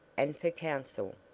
and for counsel.